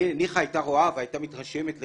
מילא, ניחא היא היתה רואה והיא היתה מתרשמת לרעה,